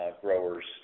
growers